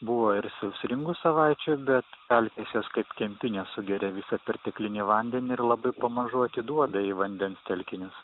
buvo ir sausringų savaičių bet pelkės jos kaip kempinė sugeria visą perteklinį vandenį ir labai pamažu atiduoda į vandens telkinius